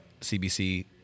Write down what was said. CBC